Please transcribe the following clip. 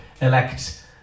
elect